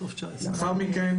לאחר מכן,